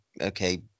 okay